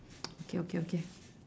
okay okay okay